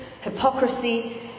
hypocrisy